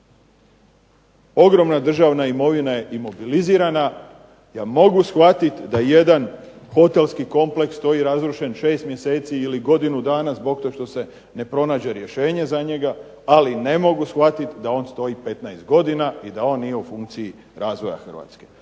Ogromna državna imovina je imobilizirana, ja mogu shvatiti da jedan hotelski kompleks stoji razrušen 6 mjeseci ili godinu dana zbog tog što se ne pronađe rješenje za njega, ali ne mogu shvatiti da on stoji 15 godina i da on nije u funkciji razvoja Hrvatske,